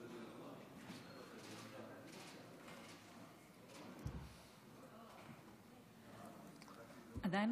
עדיין